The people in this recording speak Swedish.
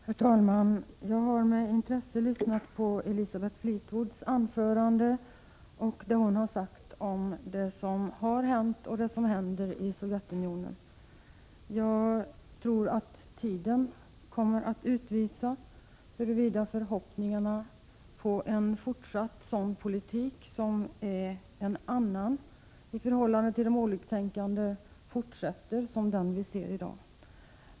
Herr talman! Jag har med intresse lyssnat på Elisabeth Fleetwoods anförande och vad hon sagt om det som har hänt och händer i Sovjetunionen. Tiden kommer att utvisa huruvida förhoppningarna om att en fortsatt sådan politik som den vi ser i dag och som är en annan än tidigare i förhållande till de oliktänkande kommer att infrias.